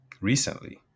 recently